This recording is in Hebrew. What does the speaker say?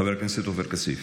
חבר הכנסת עופר כסיף.